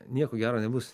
nieko gero nebus